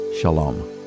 Shalom